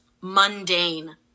mundane